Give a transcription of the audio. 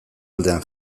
aldean